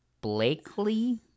Blakely